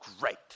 great